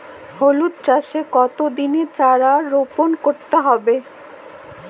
হলুদ চাষে কত দিনের চারা রোপন করতে হবে?